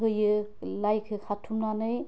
होयो लाइखो खाथुमनानै